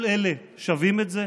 כל אלה שווים את זה?